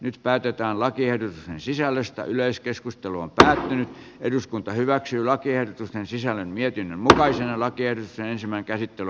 nyt päätetään lakiehdotusten sisällöstä yleiskeskustelua käydään eduskunta hyväksyy lakiehdotusten sisällön vietin mutkaisella kiersi ensimmäkäsittely